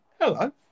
hello